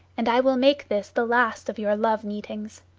and i will make this the last of your love-meetings